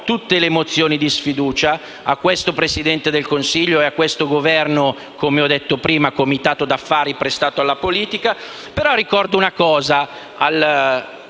Grazie a tutte